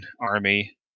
army